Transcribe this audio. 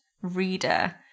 reader